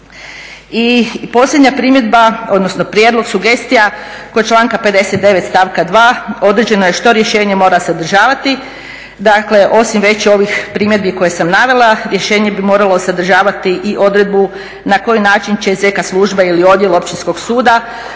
I posljednja primjedba odnosno prijedlog, sugestija, kod članka 59. stavka 2. određeno je što rješenje mora sadržavati. Dakle osim već ovih primjedbi koje sam navela, rješenje bi moralo sadržavati i odredbu na koji način će ZK služba ili odjel općinskog suda